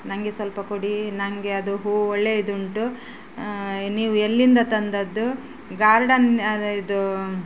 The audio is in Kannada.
ನನಗೆ ಸ್ವಲ್ಪ ಕೊಡಿ ನನಗೆ ಅದು ಹೂ ಒಳ್ಳೆಯದುಂಟು ನೀವು ಎಲ್ಲಿಂದ ತಂದದ್ದು ಗಾರ್ಡನ್ ಇದೂ